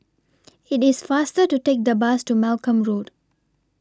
It's faster to Take The Bus to Malcolm Road